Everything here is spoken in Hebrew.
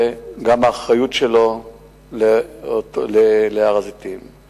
גם האחריות להר-הזיתים שלו.